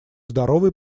здоровой